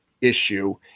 issue